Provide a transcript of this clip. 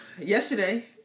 Yesterday